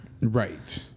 Right